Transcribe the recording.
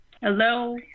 Hello